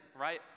right